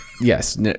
yes